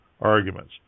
arguments